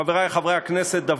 חברי חברי הכנסת.